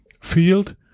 field